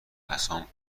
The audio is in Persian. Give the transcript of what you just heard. عصام